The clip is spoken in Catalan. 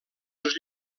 els